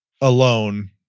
alone